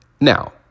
now